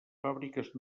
fàbriques